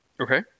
Okay